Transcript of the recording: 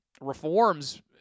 reforms